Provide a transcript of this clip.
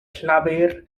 llafur